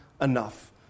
enough